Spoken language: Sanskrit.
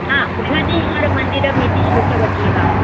हा बृहदेश्वरमन्दिरमिति श्रुतवती अहम्